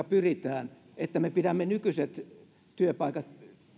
pyritään ja siihen että me pidämme nykyiset työpaikat